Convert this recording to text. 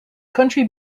country